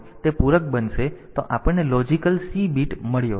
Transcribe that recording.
તેથી તે પૂરક બનશે તો આપણને લોજિકલ સી બીટ મળ્યો છે